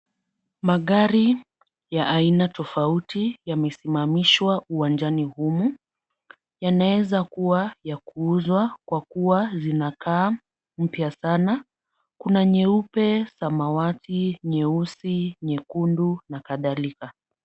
Magari ya aina tofauti yamesimamishwa uwanjani humu yanaweza kuwa ya kuuzwa kwa kuwa zinakaa mpya sana. Kuna nyeupe, samawati, nyeusi, nyekundu na kadhalika.